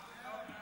סעיפים 1 16